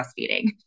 breastfeeding